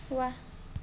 वाह